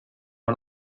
man